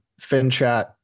finchat